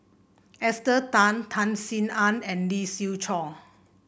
Esther Tan Tan Sin Aun and Lee Siew Choh